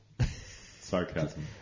Sarcasm